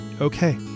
okay